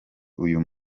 uyu